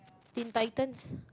Teen-Titans